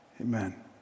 amen